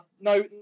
No